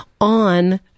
on